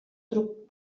truc